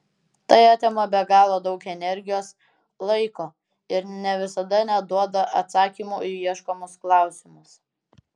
tai atima be galo daug energijos laiko ir ne visada net duoda atsakymų į ieškomus klausimus